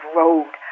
road